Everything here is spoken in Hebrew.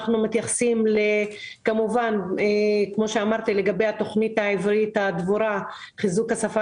אנחנו מתייחסים כמו שאמרתי לגבי תכנית לחיזוק השפה